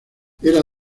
era